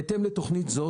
בהתאם לתוכנית זו,